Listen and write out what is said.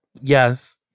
yes